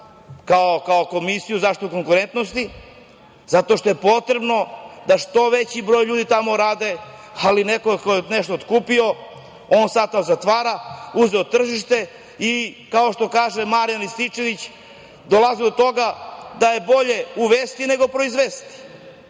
kao Komisiju za zaštitu konkurentnosti. Potrebno je da što veći broj ljudi tamo rade, ali neko ko je nešto otkupio on sad to zatvara, uzeo je tržište i kao što kaže Marijan Rističević, dolazimo do toga da je bolje uvesti nego proizvesti.